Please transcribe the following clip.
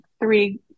three